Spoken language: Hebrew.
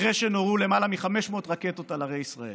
אחרי שנורו למעלה מ-500 רקטות על ערי ישראל.